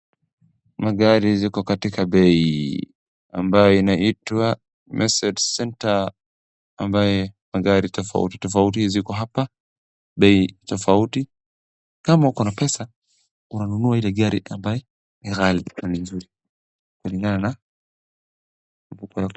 Magari ziko katika bei ambayo inaitwa Meset Centre ambayo magari tofauti tofauti ziko hapa, bei tofauti. Kama uko na pesa unanunua ile gari ambaye ni mzuri kulingana na.